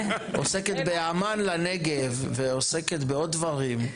שעוסקת באמ"ן לנגב, ועוסקת בעוד דברים.